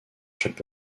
chaque